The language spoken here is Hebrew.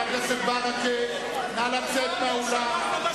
חבר הכנסת ברכה, נא לצאת מהאולם.